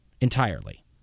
entirely